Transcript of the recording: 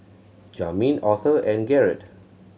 Jamin Authur and Garett